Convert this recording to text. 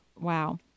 wow